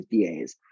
DAs